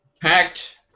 packed